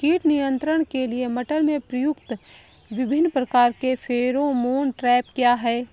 कीट नियंत्रण के लिए मटर में प्रयुक्त विभिन्न प्रकार के फेरोमोन ट्रैप क्या है?